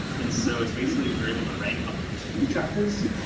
and so it's basically you're able to rank up to two chapters,